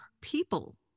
people